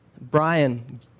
Brian